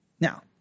Now